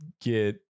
get